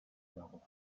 darauf